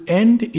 end